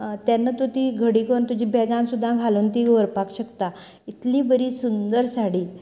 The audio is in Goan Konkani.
तेन्ना तूं ती घडी कन्न तुज्या बेगांत घालून तीं व्हरपाक शकता